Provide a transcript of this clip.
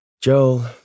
Joel